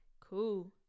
cool